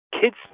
Kids